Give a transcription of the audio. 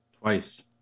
Twice